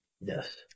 Yes